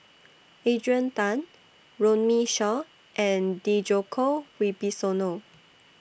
Adrian Tan Runme Shaw and Djoko Wibisono